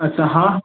अच्छा हा